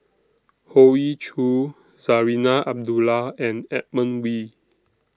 Hoey Choo Zarinah Abdullah and Edmund Wee